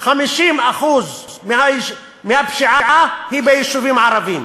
50% מהפשיעה הם ביישובים הערביים.